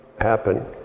happen